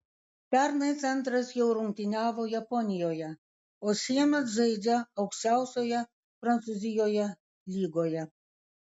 pernai centras jau rungtyniavo japonijoje o šiemet žaidžia aukščiausioje prancūzijoje lygoje